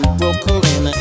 Brooklyn